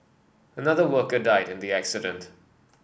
another worker died in the accident